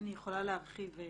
אני יכולה להרחיב.